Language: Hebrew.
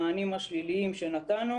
המענים השליליים שנתנו